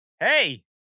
hey